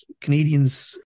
Canadians